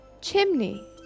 Chimney